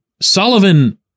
Sullivan